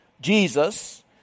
Jesus